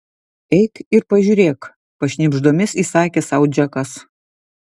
eik ir pažiūrėk pašnibždomis įsakė sau džekas